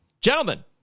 Gentlemen